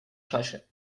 czasie